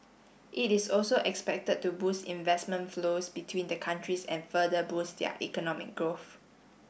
it is also expected to boost investment flows between the countries and further boost their economic growth